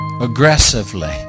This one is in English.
Aggressively